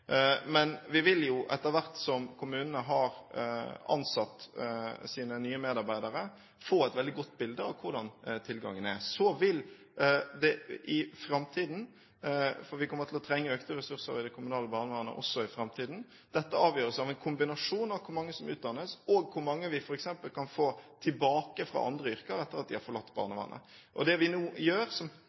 men vi vil jo etter hvert som kommunene har ansatt sine nye medarbeidere, få et veldig godt bilde av hvordan tilgangen er. Så vil dette i framtiden – for vi kommer til å trenge økte ressurser i det kommunale barnevernet også i framtiden – avgjøres av en kombinasjon av hvor mange som utdannes, og hvor mange vi f.eks. kan få tilbake fra andre yrker etter at de har forlatt barnevernet. Det vi nå gjør, som